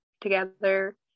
together